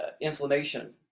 inflammation